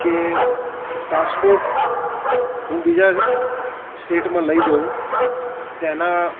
કે ટ્રાન્સપોર્ટ હું બીજા સ્ટેટમાં લઈ જઉં તેના